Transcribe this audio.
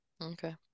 Okay